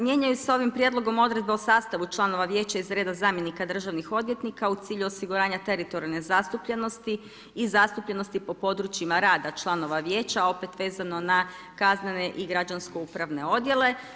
Mijenjaju se ovim prijedlogom odredbe o sastavu članova vijeća iz reda zamjenika državnih odvjetnika u cilju osiguranja teritorijalne zastupljenosti i zastupljenosti po područjima rada članova vijeća opet vezano na kaznene i građansko upravne odjele.